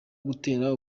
gutera